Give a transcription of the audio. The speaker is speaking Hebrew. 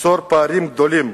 תיצור פערים גדולים.